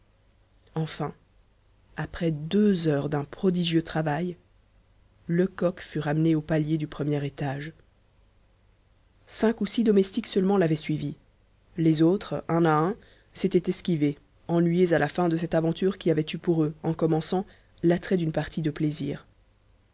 enfin après deux heures d'un prodigieux travail lecoq fut ramené au palier du premier étage cinq ou six domestiques seulement l'avaient suivi les autres un à un s'étaient esquivés ennuyés à la fin de cette aventure qui avait eu pour eux en commençant l'attrait d'une partie de plaisir